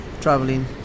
traveling